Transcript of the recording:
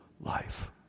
life